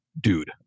dude